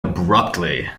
abruptly